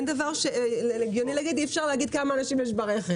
זה לא הגיוני להגיד שאי אפשר לומר כמה אנשים נוסעים ברכב.